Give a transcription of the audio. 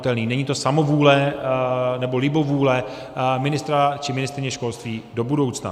Není to samovůle nebo libovůle ministra či ministryně školství do budoucna.